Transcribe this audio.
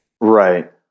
Right